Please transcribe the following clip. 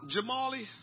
Jamali